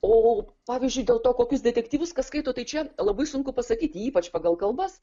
o pavyzdžiui dėl to kokius detektyvus kas skaito tai čia labai sunku pasakyti ypač pagal kalbas